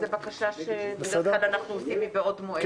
וזאת בקשה שבדרך כלל אנחנו עושים מבעוד מועד.